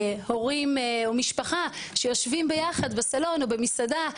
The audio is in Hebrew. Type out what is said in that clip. הורים או משפחה שיושבים ביחד בסלון או במסעדה,